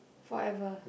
forever